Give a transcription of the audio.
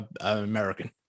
American